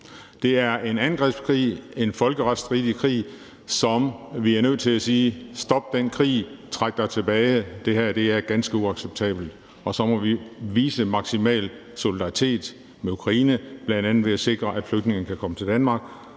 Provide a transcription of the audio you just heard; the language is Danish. Det er en angrebskrig, en folkeretsstridig krig, og vi er nødt til at sige: Stop den krig, træk dig tilbage, det her er ganske uacceptabelt! Og så må vi vise maksimal solidaritet med Ukraine bl.a. ved at sikre, at flygtninge kan komme til Danmark.